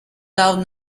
loud